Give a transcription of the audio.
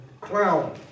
crown